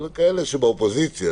אבל כאלה שבאופוזיציה,